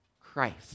Christ